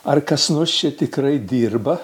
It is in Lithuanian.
ar kas nors čia tikrai dirba